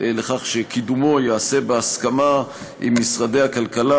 לכך שקידומו ייעשה בהסכמה עם משרדי הכלכלה,